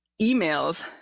emails